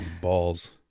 Balls